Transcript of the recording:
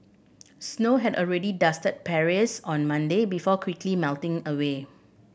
snow had already dusted Paris on Monday before quickly melting away